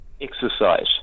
exercise